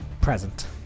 Present